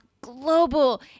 global